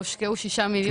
הושקעו 6 מיליון.